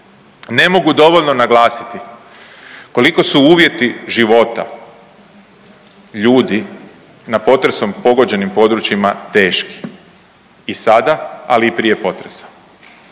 Ne mogu dovoljno koliko su uvjeti života ljudi na potresom pogođenim područjima teški i sada, ali i prije potresa.